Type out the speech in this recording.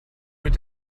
mit